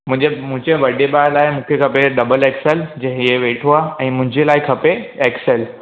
मुंहिंजे मुंहिंजे वॾे भाउ लाइ मूंखे खपे डबल एक्सल जे हीअं वेठो आहे ऐं मुंहिंजे लाइ खपे एक्सल